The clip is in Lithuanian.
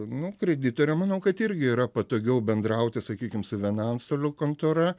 nu kreditoriam manau kad irgi yra patogiau bendrauti sakykim su viena antstolių kontora